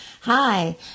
Hi